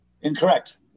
Incorrect